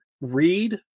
read